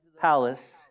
palace